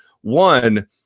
One